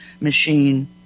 machine